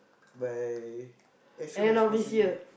by as soon as possible